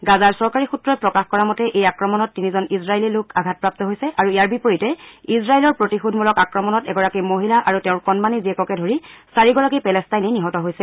গাজাৰ চৰকাৰী সূত্ৰই প্ৰকাশ কৰা মতে এই আক্ৰমণত তিনিজন ইজৰাইলী লোক আঘাতপ্ৰাপ্ত হৈছে আৰু ইয়াৰ বিপৰীতে ইজৰাইলৰ প্ৰতিশোধমূলক আক্ৰমণত এগৰাকী মহিলা আৰু তেওঁৰ কণমানি জীয়েককে ধৰি চাৰিগৰাকী পেলেষ্টাইনী নিহত হৈছে